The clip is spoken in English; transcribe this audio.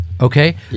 Okay